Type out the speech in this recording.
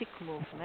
movement